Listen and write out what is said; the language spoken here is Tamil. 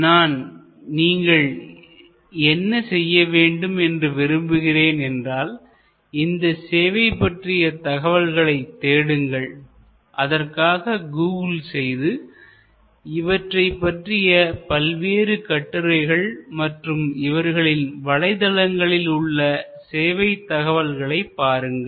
நான் நீங்கள் என்ன செய்ய வேண்டும் என்று விரும்புகிறேன் என்றால் இந்த சேவை பற்றிய தகவல்களை தேடுங்கள் அதற்காக கூகுள் செய்து இவற்றைப் பற்றிய பல்வேறு கட்டுரைகள் மற்றும் இவர்களின் வலைதளங்களில் உள்ள சேவை தகவல்களை பாருங்கள்